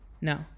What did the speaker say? No